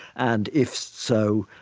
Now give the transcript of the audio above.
and if so,